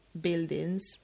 buildings